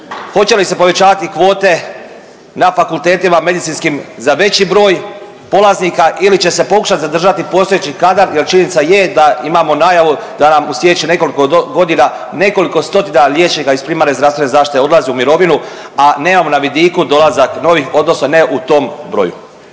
Hoće li se povećavati kvote na fakultetima medicinskim za veći broj polaznika ili će se pokušati zadržati postojeći kadar jer činjenica je da imamo najavu da nam u siječnju nekoliko godina nekoliko stotina liječnika iz primarne zdravstvene zaštite odlazi u mirovinu, a nemamo na vidiku dolazak novih, odnosno ne u tom broju.